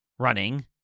running